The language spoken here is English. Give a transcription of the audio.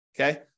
Okay